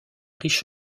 riche